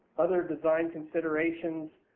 other design considerations